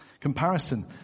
Comparison